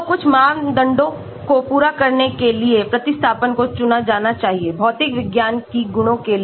तो कुछ मानदंडों को पूरा करने के लिए प्रतिस्थापन को चुना जाना चाहिए भौतिक विज्ञान की गुणों के लिए